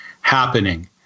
happening